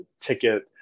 ticket